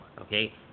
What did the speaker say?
Okay